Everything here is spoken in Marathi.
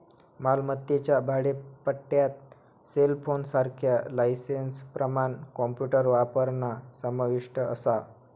मालमत्तेच्या भाडेपट्ट्यात सेलफोनसारख्या लायसेंसप्रमाण कॉम्प्युटर वापरणा समाविष्ट असा